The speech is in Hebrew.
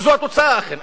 וזאת התוצאה אכן.